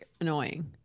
annoying